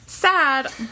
sad